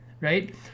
right